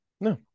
No